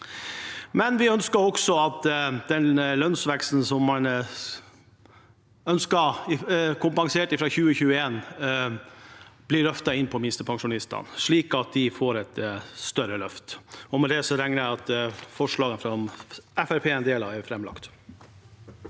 Vi ønsker også at den lønnsveksten som man ønsker kompensert fra 2021, blir løftet inn for minstepensjonistene, slik at de får et større løft. Med det legger jeg fram forslagene som Fremskrittspartiet